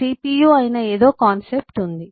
CPU అయిన ఏదో concept ఉంది